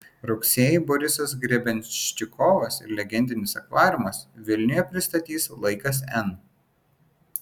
rugsėjį borisas grebenščikovas ir legendinis akvariumas vilniuje pristatys laikas n